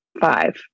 five